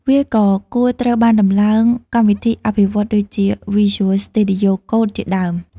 វាក៏គួរត្រូវបានដំឡើងកម្មវិធីអភិវឌ្ឍន៍ ដូចជា Visual Studio Code ជាដើម។